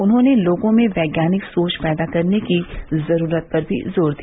उन्होंने लोगों में वैज्ञानिक सोच पैदा करने की जरूरत पर भी जोर दिया